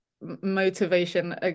motivation